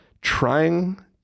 trying